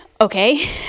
okay